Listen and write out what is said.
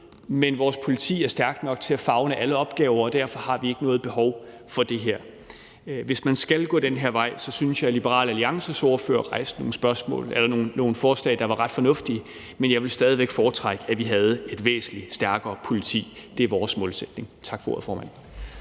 men vores politi er stærkt nok til at favne alle opgaver, og derfor har vi ikke noget behov for det her. Hvis man skal gå den her vej, så synes jeg, at Liberal Alliances ordfører kom med nogle forslag, der var ret fornuftige, men jeg ville stadig væk foretrække, at vi havde et væsentlig stærkere politi. Det er vores målsætning. Tak for ordet, formand.